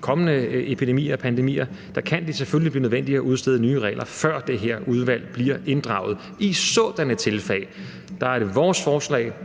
kommende epidemier eller pandemier selvfølgelig blive nødvendigt at udstede nye regler, før det her udvalg bliver inddraget. I sådanne tilfælde er det vores forslag,